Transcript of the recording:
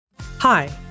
Hi